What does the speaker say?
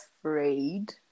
afraid